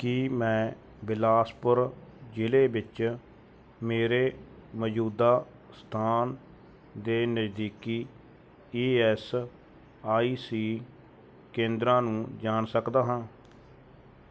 ਕੀ ਮੈਂ ਬਿਲਾਸਪੁਰ ਜ਼ਿਲ੍ਹੇ ਵਿੱਚ ਮੇਰੇ ਮੌਜੂਦਾ ਸਥਾਨ ਦੇ ਨਜ਼ਦੀਕੀ ਈ ਐਸ ਆਈ ਸੀ ਕੇਂਦਰਾਂ ਨੂੰ ਜਾਣ ਸਕਦਾ ਹਾਂ